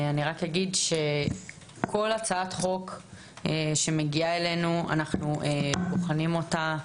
אני רק אגיד שכל הצעת חוק שמגיעה אלינו אנחנו בוחנים אותה,